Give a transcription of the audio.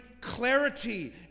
clarity